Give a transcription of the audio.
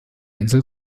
insel